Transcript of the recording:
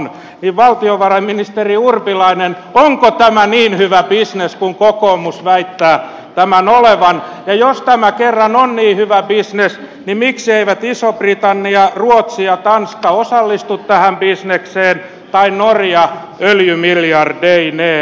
niin valtiovarainministeri urpilainen onko tämä niin hyvä bisnes kuin kokoomus väittää tämän olevan ja jos tämä kerran on niin hyvä bisnes niin mikseivät iso britannia ruotsi ja tanska osallistu tähän bisnekseen tai norja öljymiljardeineen